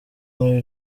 muri